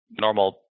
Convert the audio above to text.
normal